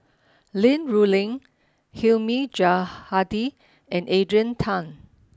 Li Rulin Hilmi Johandi and Adrian Tan